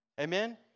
Amen